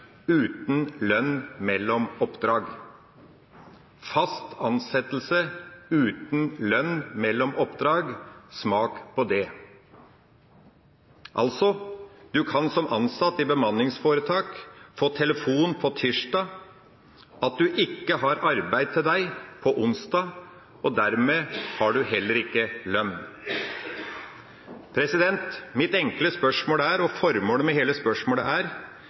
uten lønn mellom oppdrag. – Fast ansettelse uten lønn mellom oppdrag, smak på det! Du kan altså som ansatt i bemanningsforetak få telefon på tirsdag om at de ikke har arbeid til deg på onsdag, og dermed har du heller ikke lønn. Mitt enkle spørsmål og formålet med hele spørsmålet er: